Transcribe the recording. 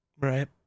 right